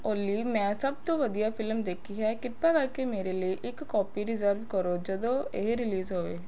ਓਲੀ ਮੈਂ ਸਭ ਤੋਂ ਵਧੀਆ ਫ਼ਿਲਮ ਦੇਖੀ ਹੈ ਕਿਰਪਾ ਕਰਕੇ ਮੇਰੇ ਲਈ ਇੱਕ ਕਾਪੀ ਰਿਜ਼ਰਵ ਕਰੋ ਜਦੋਂ ਇਹ ਰਿਲੀਜ਼ ਹੋਵੇ